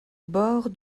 bord